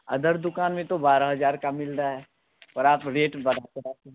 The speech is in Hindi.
अदर दुकान में तो बारह हज़ार का मिल रहा है और आप रेट बढ़ा चढ़ा कर